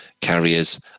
carriers